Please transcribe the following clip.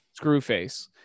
Screwface